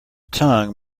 tongue